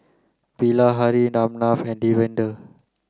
Bilahari Ramnath and Davinder